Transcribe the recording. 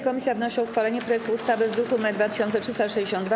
Komisja wnosi o uchwalenie projektu ustawy z druku nr 2362.